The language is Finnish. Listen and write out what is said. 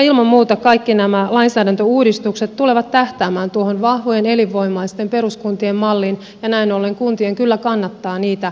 ilman muuta kaikki nämä lainsäädäntöuudistukset tulevat tähtäämään tuohon vahvojen elinvoimaisten peruskuntien malliin ja näin ollen kuntien kyllä kannattaa niitä muodostaa